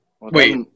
wait